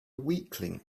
weakling